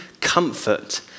comfort